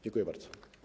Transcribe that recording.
Dziękuję bardzo.